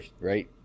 right